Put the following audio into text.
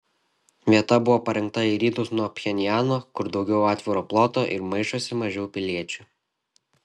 vieta buvo parinkta į rytus nuo pchenjano kur daugiau atviro ploto ir maišosi mažiau piliečių